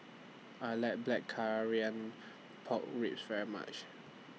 I like Blackcurrant Pork Ribs very much